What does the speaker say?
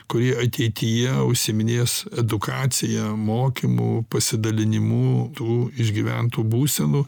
kurie ateityje užsiiminės edukacija mokymu pasidalinimu tų išgyventų būsenų